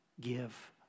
give